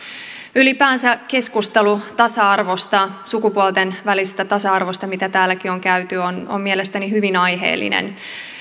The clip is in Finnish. ylipäänsä keskustelu tasa arvosta sukupuolten välisestä tasa arvosta mitä täälläkin on käyty on on mielestäni hyvin aiheellinen